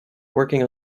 working